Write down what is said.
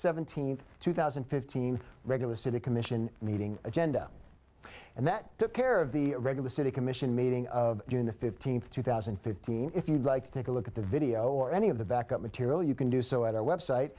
seventeenth two thousand and fifteen regular city commission meeting agenda and that took care of the regular city commission meeting of june fifteenth two thousand and fifteen if you'd like to take a look at the video or any of the back up material you can do so at our website